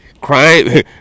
Crime